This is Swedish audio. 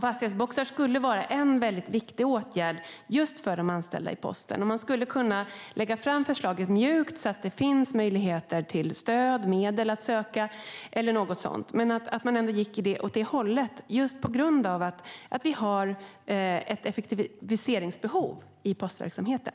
Fastighetsboxar skulle vara en viktig åtgärd just för de anställda i posten. Man skulle kunna lägga fram förslaget mjukt, så att det finns möjligheter till stöd och medel att söka eller något liknande. Vi har ett effektiviseringsbehov i postverksamheten.